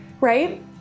Right